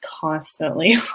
constantly